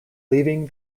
leaving